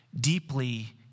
deeply